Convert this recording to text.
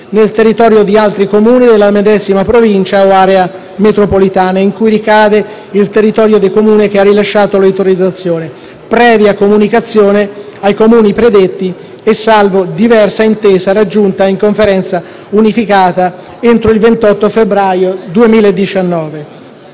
nel territorio di altri Comuni della medesima Provincia o Area metropolitana in cui ricade il territorio del Comune che ha rilasciato l'autorizzazione, previa comunicazione ai Comuni predetti e salvo diversa intesa raggiunta in Conferenza unificata entro il 28 febbraio 2019.